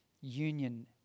union